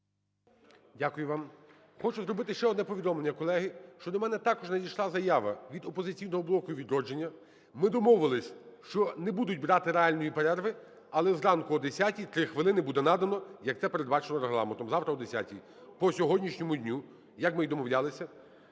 Дякую вам. Хочу зробити ще одне повідомлення, колеги, що до мене також надійшла заява від "Опозиційного блоку" і "Відродження". Ми домовились, що не будуть брати реальної перерви, але зранку о 10 три хвилини буде надано, як це передбачено Регламентом. Завтра о 10, по сьогоднішньому дню, як ми і домовлялися.